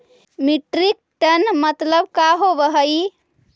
Metric ton मतलब का होव हइ?